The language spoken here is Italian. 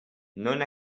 non